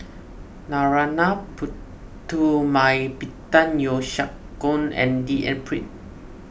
Narana Putumaippittan Yeo Siak Goon and D N Pritt